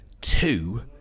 two